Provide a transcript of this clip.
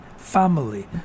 family